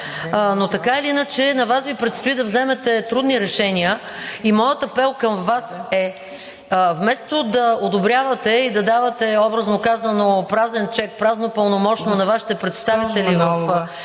Но така или иначе на Вас Ви предстои да вземете трудни решения и моят апел към Вас е: вместо да одобрявате и да давате, образно казано, празен чек, празно пълномощно на Вашите представители във